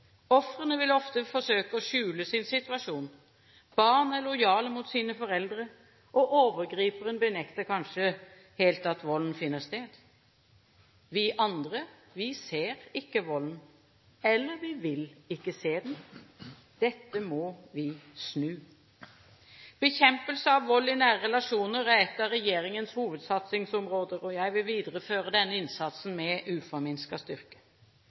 Ofrene vil ofte forsøke å skjule sin situasjon, barn er lojale mot sine foreldre, og overgriperen benekter kanskje helt at volden finner sted. Vi andre ser ikke volden – eller vi vil ikke se den. Dette må vi snu! Bekjempelse av vold i nære relasjoner er et av regjeringens hovedsatsingsområder. Jeg vil videreføre denne innsatsen med uforminsket styrke.